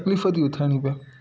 तकलीफ़ थी उथाइणी पिए